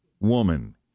woman